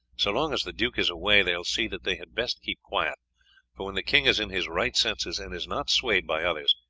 so long as the duke is away they will see that they had best keep quiet for when the king is in his right senses and is not swayed by others,